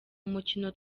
umukino